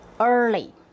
Early